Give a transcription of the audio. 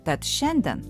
tad šiandien